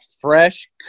fresh